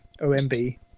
O-M-B